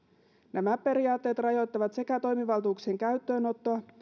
nämä periaatteet rajoittavat sekä toimivaltuuksien käyttöönottoa